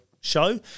show